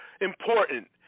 important